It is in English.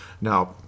Now